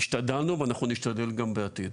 השתדלנו ואנחנו נשתדל גם בעתיד.